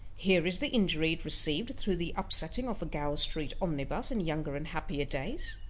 here is the injury it received through the upsetting of a gower street omnibus in younger and happier days.